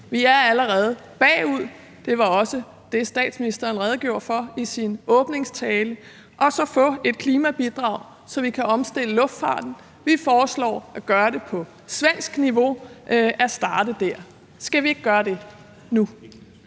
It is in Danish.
vi er allerede bagud; det var også det, statsministeren redegjorde for i sin åbningstale – og så få et klimabidrag, så vi kan omstille luftfarten? Vi foreslår at gøre det på svensk niveau, altså starte der. Skal vi ikke gøre det nu?